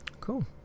cool